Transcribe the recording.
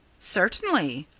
certainly!